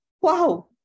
Wow